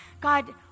God